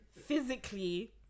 physically